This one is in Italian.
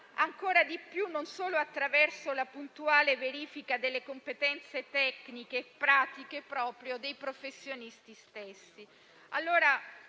ancora di più non solo attraverso la puntuale verifica delle competenze tecniche e pratiche proprio dei professionisti stessi.